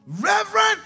Reverend